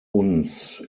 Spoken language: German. uns